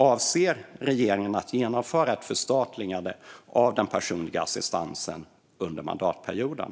Avser regeringen att genomföra ett förstatligande av den personliga assistansen under mandatperioden?